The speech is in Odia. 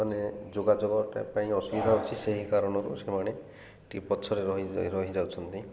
ମାନେ ଯୋଗାଯୋଗଟା ପାଇଁ ଅସୁବିଧା ଅଛି ସେହି କାରଣରୁ ସେମାନେ ଟିକେ ପଛରେ ରହି ରହିଯାଉଛନ୍ତି